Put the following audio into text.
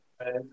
Right